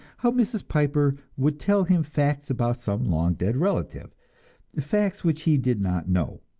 how mrs. piper would tell him facts about some long dead relative facts which he did not know,